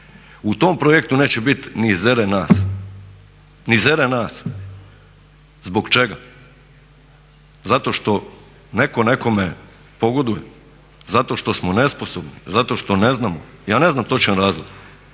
U tom projektu neće biti ne zere nas, ni zere nas. Zbog čega? Zato što netko nekome pogoduje, zato što smo nesposobni, zato što ne znamo, ja ne znam točan razlog.